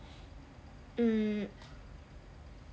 mm